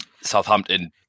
Southampton